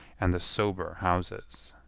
and the sober houses.